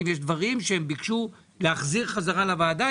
יש דברים שהם ביקשו להחזיר חזרה לוועדה,